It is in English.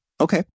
Okay